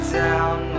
down